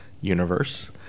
universe